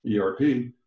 ERP